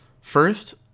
First